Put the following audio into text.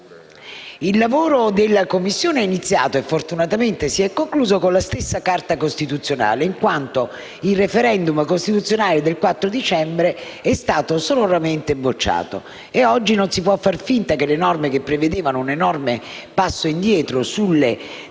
Il lavoro della Commissione è iniziato e fortunatamente si è concluso con la stessa Carta costituzionale in quanto il *referendum* costituzionale del 4 dicembre è stato sonoramente bocciato e oggi non si può fare finta che le norme che prevedevano un enorme passo indietro sulle disposizioni